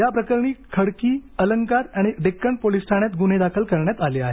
याप्रकरणी खडकी अलंकार आणि डेक्कन पोलिस ठाण्यात गुन्हे दाखल करण्यात आले आहेत